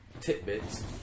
tidbits